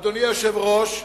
אדוני היושב-ראש,